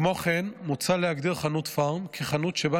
כמו כן מוצע להגדיר חנות פארם כחנות שבה